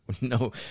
no